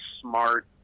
smart